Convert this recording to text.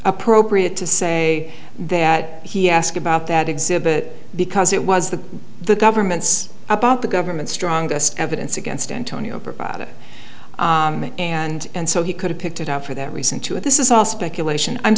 appropriate to say that he asked about that exhibit because it was the the government's about the government's strongest evidence against antonio provide it and and so he could have picked it up for that reason to it this is all speculation i'm